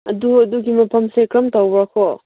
ꯑꯗꯣ ꯑꯗꯨꯒꯤ ꯃꯇꯝꯁꯦ ꯀꯔꯝ ꯇꯧꯕ꯭ꯔꯥꯀꯣ